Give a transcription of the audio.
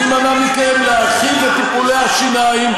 מי מנע מכם להרחיב את טיפולי השיניים?